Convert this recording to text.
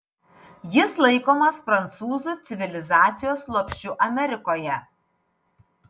jis laikomas prancūzų civilizacijos lopšiu amerikoje